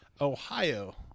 ohio